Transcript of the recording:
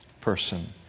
person